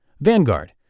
Vanguard